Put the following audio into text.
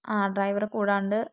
ആ ഡ്രൈവറെ കൂടാണ്ട്